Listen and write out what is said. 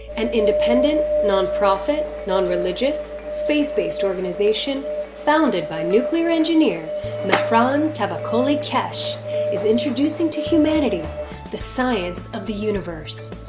an independent, non-profit, non-religious, space-based organization founded by nuclear engineer mehran tavakoli keshe is introducing to humanity the science of the universe,